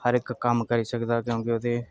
हर इक कम्म करी सकदा क्योंकि ओह्दे